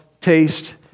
taste